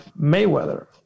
Mayweather